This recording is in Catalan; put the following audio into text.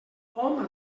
hom